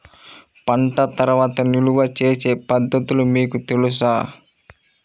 పంట తర్వాత నిల్వ చేసే పద్ధతులు మీకు తెలుసా?